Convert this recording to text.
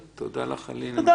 תודה לך, א'.